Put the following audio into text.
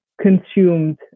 consumed